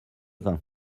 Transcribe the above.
vin